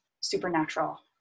supernatural